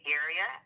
area